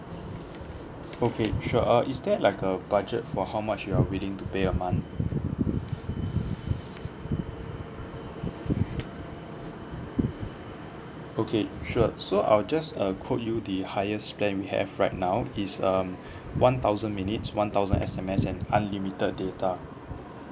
okay sure uh is there like a budget for how much you are willing to pay a month okay sure so I'll just uh quote you the highest plan we have right now is um one thousand minutes one thousand S_M_S and unlimited data